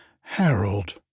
Harold